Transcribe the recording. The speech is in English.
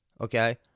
okay